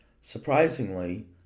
Surprisingly